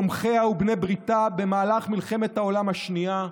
תומכיה ובני בריתה במהלך מלחמת העולם השנייה,